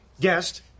guest